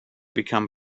become